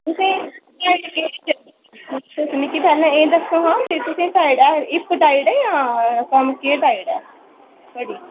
तुसें ई तुस मिगी पैह्लें एह् दस्सो हां कि तुसें ई टाइट है हिप्प टाइट ऐ जां कमर केह् टाइट ऐ